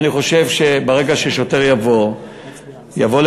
אני חושב שברגע ששוטר יבוא לבעל-הבית,